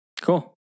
Cool